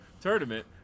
tournament